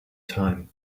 time